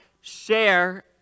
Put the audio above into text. share